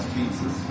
Jesus